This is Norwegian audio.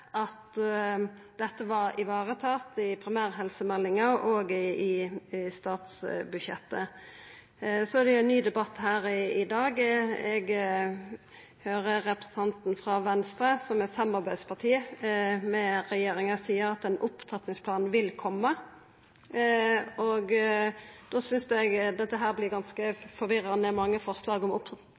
at dette var varetatt i primærhelsemeldinga og i statsbudsjettet. Så er det ein ny debatt her i dag. Eg høyrer representanten frå Venstre, som er samarbeidsparti til regjeringa, seia at ein opptrappingsplan vil koma. Da synest eg dette vert ganske forvirrande – mange forslag om